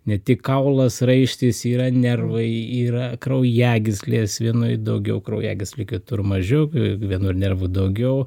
ne tik kaulas raištis yra nervai yra kraujagyslės vienoj daugiau kraujagyslių kitur mažiau jeigu vienur nervų daugiau